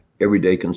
everyday